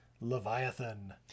Leviathan